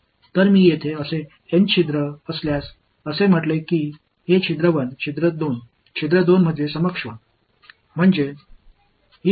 எனவே அத்தகைய n துளைகளை நான் இங்கே சொல்லியிருந்தால் இந்த துளை 1 துளை 2 துளை 2 ஐ இங்கு இது துளை n